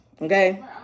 Okay